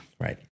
Right